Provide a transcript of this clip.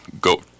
go